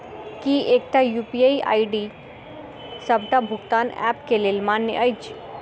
की एकटा UPI ID D सबटा भुगतान ऐप केँ लेल मान्य अछि?